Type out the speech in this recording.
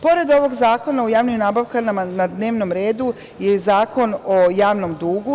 Pored ovog Zakona o javnim nabavkama, na dnevnom redu je i Zakon o javnom dugu.